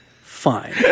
Fine